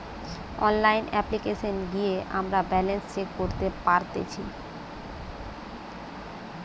online অপ্লিকেশনে গিয়ে আমরা ব্যালান্স চেক করতে পারতেচ্ছি